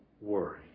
worry